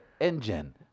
engine